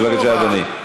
בבקשה, אדוני.